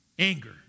Anger